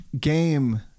game